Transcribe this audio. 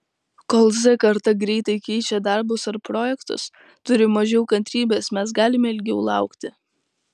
kol z karta greitai keičia darbus ar projektus turi mažiau kantrybės mes galime ilgiau laukti